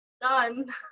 done